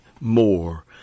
more